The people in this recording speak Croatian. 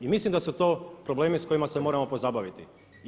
I mislim da su to problemi s kojima se moramo pozabaviti.